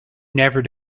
never